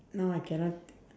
now I cannot